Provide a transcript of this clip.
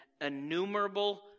innumerable